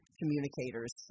communicators